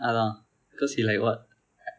அதான்:athaan cause he like what